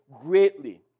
greatly